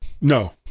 No